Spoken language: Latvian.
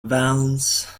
velns